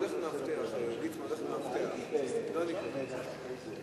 אתה איחרת.